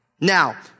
Now